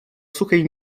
suchej